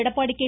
Edappadi K